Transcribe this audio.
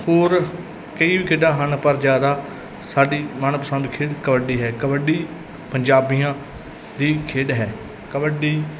ਹੋਰ ਕਈ ਵੀ ਖੇਡਾਂ ਹਨ ਪਰ ਜ਼ਿਆਦਾ ਸਾਡੀ ਮਨ ਪਸੰਦ ਖੇਡ ਕਬੱਡੀ ਹੈ ਕਬੱਡੀ ਪੰਜਾਬੀਆਂ ਦੀ ਖੇਡ ਹੈ ਕਬੱਡੀ